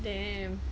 damn